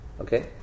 Okay